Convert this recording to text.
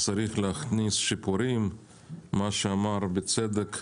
אלא להכניס שיפורים, למשל כפי שאמר בצדק